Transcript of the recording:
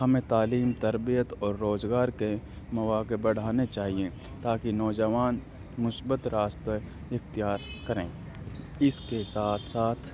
ہمیں تعلیم تربیت اور روزگار کے مواقع بڑھانے چاہیے تاکہ نوجوان مثبت راستہ اختیار کریں اس کے ساتھ ساتھ